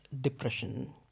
depression